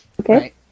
Okay